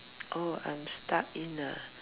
oh I'm stuck in ah